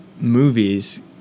movies